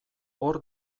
hor